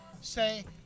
say